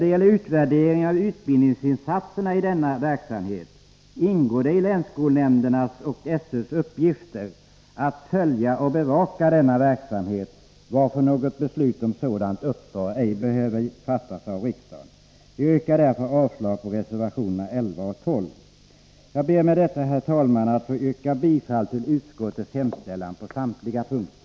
Beträffande utvärderingen av utbildningsinsatserna i denna verksamhet vill jag framhålla att det ingår i länsskolnämndernas och SÖ:s uppgifter att följa och bevaka denna verksamhet, varför något beslut om sådant uppdrag ej behöver fattas av riksdagen. Jag yrkar därför avslag på reservationerna 11 och 12. Jag ber med detta, herr talman, att få yrka bifall till utskottets hemställan på samtliga punkter.